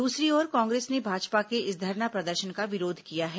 दूसरी ओर कांग्रेस ने भाजपा के इस धरना प्रदर्शन का विरोध किया है